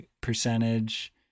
percentage